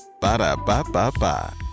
Ba-da-ba-ba-ba